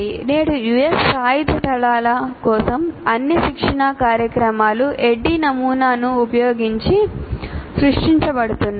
నేడు US సాయుధ దళాల కోసం అన్ని శిక్షణా కార్యక్రమాలు ADDIE నమూనాను ఉపయోగించి సృష్టించబడుతున్నాయి